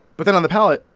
but then on the palate,